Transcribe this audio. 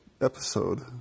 episode